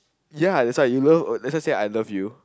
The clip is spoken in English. ya that's why you love let's just say I love you